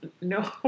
no